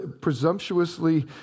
presumptuously